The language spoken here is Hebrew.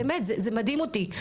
באמת זה מדהים אותי.